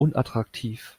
unattraktiv